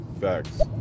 Facts